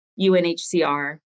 UNHCR